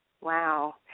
Wow